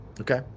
Okay